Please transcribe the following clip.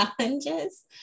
challenges